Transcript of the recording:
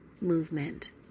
movement